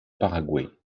paraguay